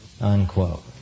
Unquote